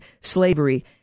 slavery